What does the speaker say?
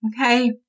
Okay